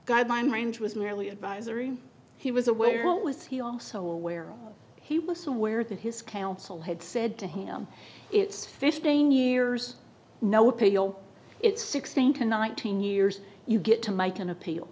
guideline range was merely advisory he was away or was he also aware he was aware that his counsel had said to him it's fifteen years no appeal it's six think a nineteen years you get to make an appeal